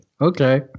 Okay